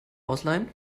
ausleihen